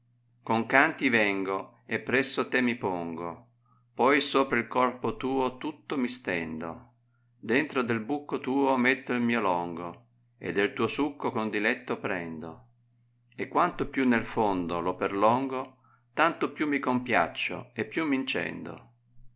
con canti vengo e presso temi pongo poi sopra il corpo tuo tutto mi stendo dentro del bucco tuo metto il mio longo e del tuo succo con diletto prendo e quanto più nel fondo lo perlongo tanto più mi compiaccio e più m incendo